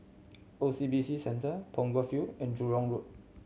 O C B C Centre Punggol Field and Jurong Road